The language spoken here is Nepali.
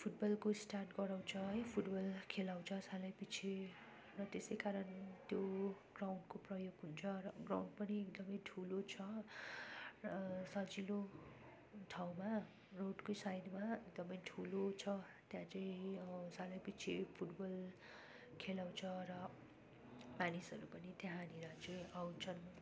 फुटबलको स्टार्ट गराउँछ है फुटबल खेलाउँछ सालैपिछे र त्यसै कारण त्यो ग्राउन्डको प्रयोग हुन्छ र ग्राउन्ड पनि एकदमै ठुलो छ र सजिलो ठाउँमा रोडकै साइडमा एकदमै ठुलो छ त्यहाँ चाहिँ अब सालैपिछे फुटबल खेलाउँछ र मानिसहरू पनि त्यहाँनिर चाहिँ आउँछन्